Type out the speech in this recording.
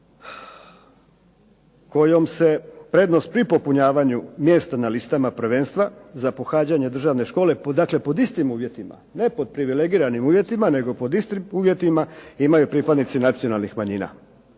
kojom se prednost pri popunjavanju mjesta na listama prvenstva za pohađanje državne škole, dakle pod istim uvjetima, ne pod privilegiranim uvjetima, nego pod istim uvjetima imaju pripadnici nacionalnih manjina.